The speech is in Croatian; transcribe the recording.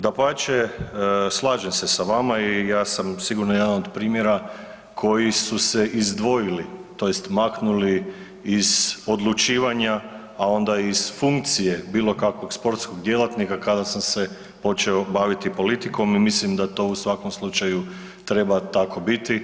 Dapače, slažem se sa vama i ja sam sigurno jedan od primjera koji su se izdvojili tj. maknuli iz odlučivanja, a onda i iz funkcije bilo kakvog sportskog djelatnika kada sam se počeo baviti politikom i mislim da to u svakom slučaju treba tako biti.